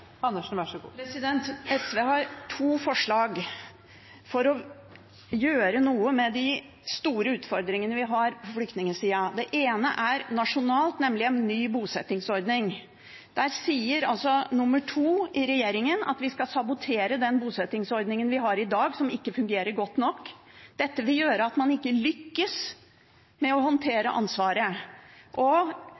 SV har to forslag for å gjøre noe med de store utfordringene vi har på flyktningsida. Det ene er nasjonalt, nemlig en ny bosettingsordning. Der sier altså nr. 2 i regjeringen at vi skal sabotere den bosettingsordningen vi har i dag, som ikke fungerer godt nok. Dette vil gjøre at man ikke lykkes med å håndtere